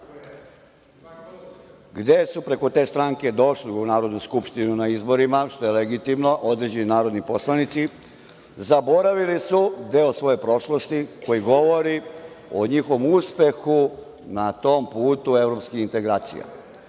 gde su preko te stranke došli u Narodnu skupštinu na izborima, što je legitimno, određeni narodni poslanici, zaboravili su deo svoje prošlosti koji govori o njihovom uspehu na tom putu ka evropskim integracijama. Šefovi